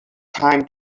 time